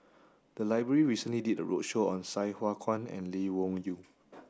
the library recently did a roadshow on Sai Hua Kuan and Lee Wung Yew